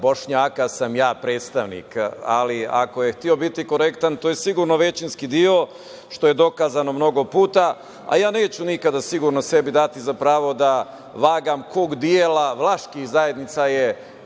Bošnjaka sam ja predstavnik, ali ako je hteo biti korektan, to je sigurno većinski deo, što je dokazano mnogo puta. A ja neću nikada sigurno sebi dati za pravo da vagam kog dela vlaških zajednica je